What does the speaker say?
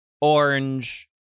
orange